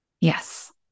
Yes